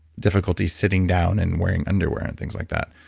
difficulty sitting down and wearing underwear and things like that.